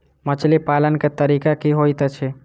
मछली पालन केँ तरीका की होइत अछि?